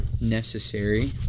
necessary